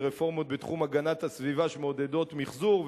ורפורמות בתחום הגנת הסביבה שמעודדות מיחזור,